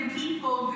people